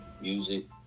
music